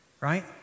right